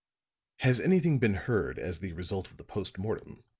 has anything been heard as the result of the post-mortem?